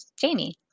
Jamie